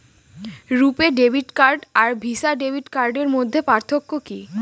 রূপে debit card আর Visa debit কার্ডের মধ্যে পার্থক্য কি?